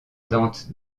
dante